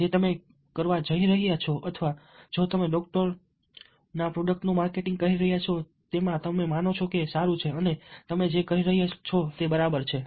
જે તમે કરવા જઈ રહ્યા છો અથવા જો તમે જે પ્રોડક્ટનું માર્કેટિંગ કરી રહ્યાં છો તેમાં તમે માનો છો કે સારું છે અને તમે જે કરી રહ્યા છો તે બરાબર છે